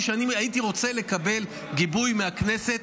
כי יש חוקים שאני חושב שלא נכון שזה יקרה,